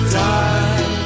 die